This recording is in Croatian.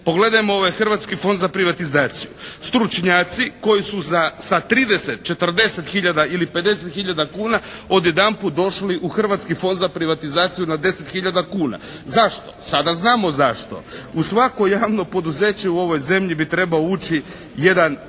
Pogledajmo ovaj Hrvatski fond za privatizaciju. Stručnjaci koji su za, sa 30, 40 hiljada ili 50 hiljada kuna odjedanput došli u Hrvatski fond za privatizaciju na 10 hiljada kuna. Zašto? Sada znamo zašto. U svako javno poduzeće u ovoj zemlji bi trebao ući jedan